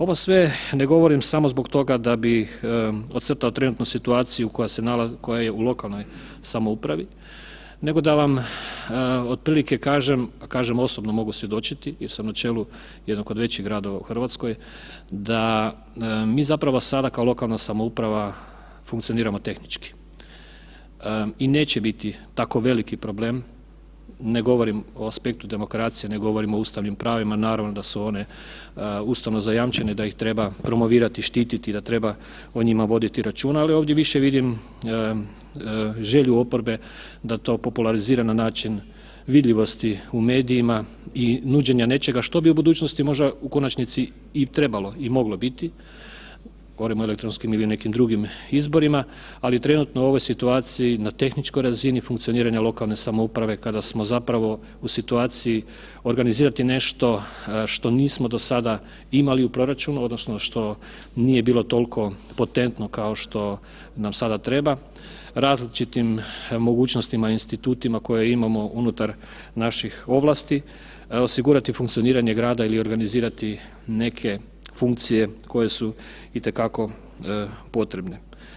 Ovo sve ne govorim samo zbog toga da bih podcrtao trenutnu situaciju koja je u lokalnoj samoupravi, nego da vam otprilike kažem, kažem osobno mogu svjedočiti, ja sam na čelu jednog od većih gradova u Hrvatskoj, da mi zapravo sada kao lokalna samouprava funkcioniramo tehnički i neće biti tako veliki problem, ne govorim o aspektu demokracije, ne govorim o ustavnim pravima naravno da su one ustavno zajamčene da ih treba promovirati, štititi, da treba o njima voditi računa, ali ovdje više vidim želju oporbe da to popularizira na način vidljivosti u medijima i nuđenja nečega što bi u budućnosti možda u konačnici i trebalo i moglo biti, govorim o elektronskim ili nekim drugim izborima, ali trenutno u ovoj situaciji na tehničkoj razini funkcioniranja lokalne samouprave kada smo zapravo u situaciji organizirati nešto što nismo do sada imali u proračunu odnosno što nije bilo toliko potentno kao što nam sada treba, različitim mogućnostima, institutima koje imamo unutar naših ovlasti osigurati funkcioniranje grada ili organizirati neke funkcije koje su itekako potrebne.